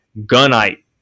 gunite